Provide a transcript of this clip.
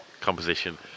composition